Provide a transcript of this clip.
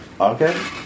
Okay